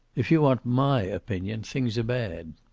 if you want my opinion, things are bad.